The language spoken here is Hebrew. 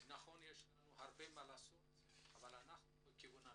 נכון שיש לנו הרבה מה לעשות אבל אנחנו בכיוון הנכון,